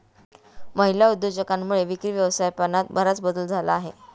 महिला उद्योजकांमुळे विक्री व्यवस्थापनात बराच बदल झाला आहे